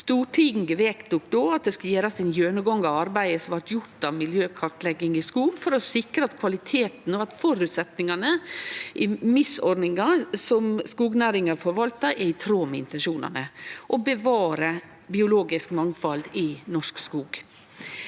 Stortinget vedtok då at det skal gjerast ein gjennomgang av arbeidet som blei gjort med miljøkartlegging i skog for å sikre at kvaliteten og føresetnadene i MiS-ordninga, som skognæringa forvaltar, er i tråd med intensjonane: å bevare biologisk mangfald i norsk skog.